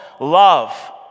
love